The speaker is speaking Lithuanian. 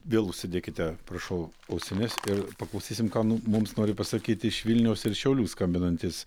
vėl užsidėkite prašau ausines ir paklausysim ką mums nori pasakyti iš vilniaus ir šiaulių skambinantys